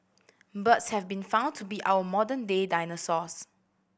birds have been found to be our modern day dinosaurs